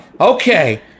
Okay